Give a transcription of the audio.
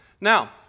Now